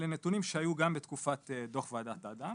אלה נתונים שהיו גם בתקופת דוח ועדת אדם